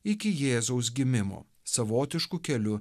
iki jėzaus gimimo savotišku keliu